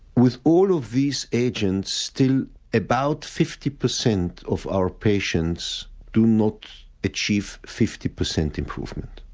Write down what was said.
with all of these agents still about fifty percent of our patients do not achieve fifty percent improvement.